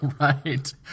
right